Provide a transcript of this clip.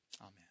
Amen